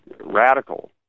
radical